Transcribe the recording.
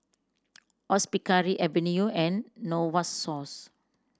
Hospicare Avene and Novosource